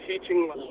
teaching